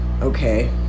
okay